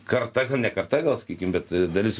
karta ne karta gal sakykim bet dalis